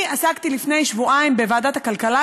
עסקתי לפני שבועיים בוועדת הכלכלה,